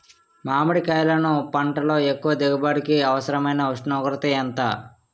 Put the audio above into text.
మామిడికాయలును పంటలో ఎక్కువ దిగుబడికి అవసరమైన ఉష్ణోగ్రత ఎంత?